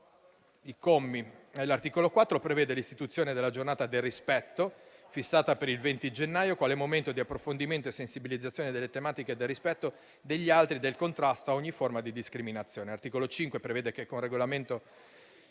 in esame. L'articolo 4 prevede l'istituzione della Giornata del rispetto, fissata per il 20 gennaio, quale momento di approfondimento e sensibilizzazione delle tematiche del rispetto degli altri e del contrasto a ogni forma di discriminazione. L'articolo 5 prevede che con regolamento